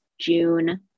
june